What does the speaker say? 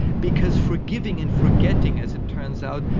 because forgiving and forgetting, as it turns out,